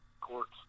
courts